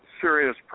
serious